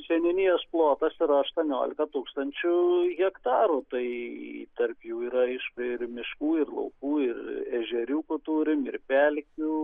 seniūnijos plotas yra aštuoniolika tūkstančių hektarų tai tarp jų yra aišku ir miškų ir laukų ir ežeriukų turim ir pelkių